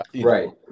right